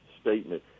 statement